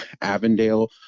Avondale